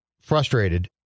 frustrated